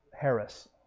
Harris